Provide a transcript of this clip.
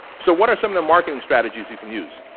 so what are some of the marketing strategies you can use